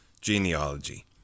genealogy